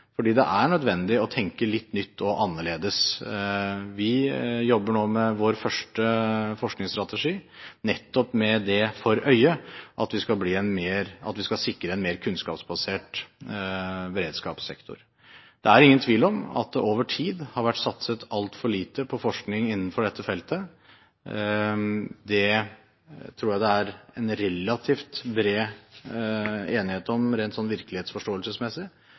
fordi det er nødvendig å tenke litt nytt og annerledes. Vi jobber nå med vår første forskningsstrategi nettopp med det for øye at vi skal sikre en mer kunnskapsbasert beredskapssektor. Det er ingen tvil om at det over tid har vært satset altfor lite på forskning innenfor dette feltet. Det tror jeg det er en relativt bred enighet om rent virkelighetsforståelsesmessig.